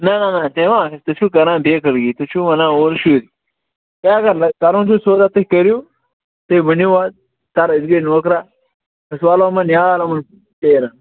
نہَ نہَ نہَ تہِ ما بنہِ تُہۍ چھِو کَران بیقٕل گی تُہۍ چھِو وَنان اورٕ شُرۍ تۅہہِ اگر کَرُن چھُ سودا تُہۍ کٔرِِو تُہۍ ؤنِو حظ کَر أسۍ گٔے نوکرا أسۍ والو اُمَن نیٛال اُمَن تیٖرن